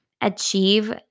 achieve